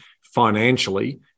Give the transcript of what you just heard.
financially